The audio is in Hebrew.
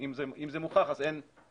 ואם זה מוכח אז אין פער.